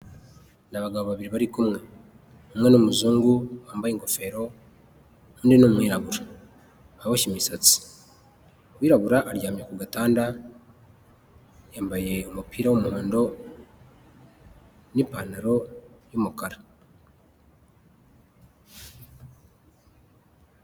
Ni abagabo babiri bari kumwe, umwe ni umuzungu wambaye ingofero, undi ni umwirabura uboshye imisatsi, uwirabura aryamye ku gatanda yambaye umupira w'umuhondo n'ipantaro y'umukara.